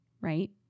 right